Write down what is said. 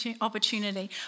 opportunity